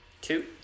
two